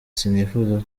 sinifuza